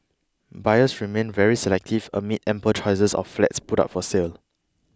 buyers remain very selective amid ample choices of flats put up for sale